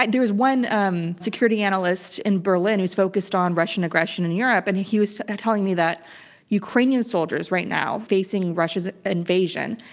there's one um security analyst in berlin who's focused on russian aggression in europe and he he was telling me that ukrainian soldiers right now facing russia's invasion,